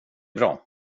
bra